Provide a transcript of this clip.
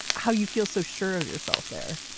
how you feel so sure of yourself there